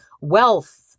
wealth